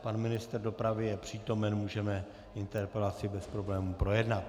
Pan ministr dopravy je přítomen, můžeme interpelaci bez problémů projednat.